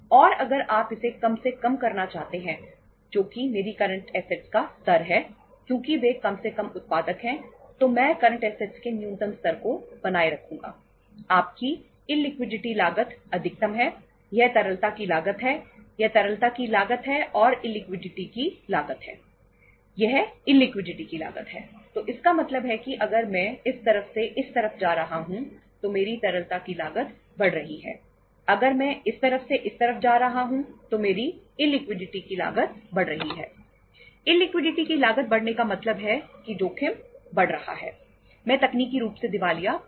और अगर आप इसे कम से कम करना चाहते हैं जो कि मेरी करंट ऐसेटस की लागत बढ़ रही है